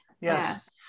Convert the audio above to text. Yes